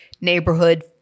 neighborhood